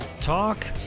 talk